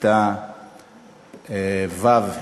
בכיתה ו',